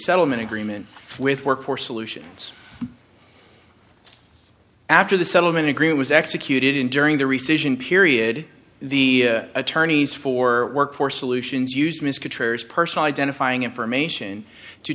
settlement agreement with workforce solutions after the settlement agreement was executed in during the recession period the attorneys for workforce solutions used ms contrary as personal identifying information to